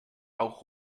auch